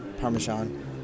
parmesan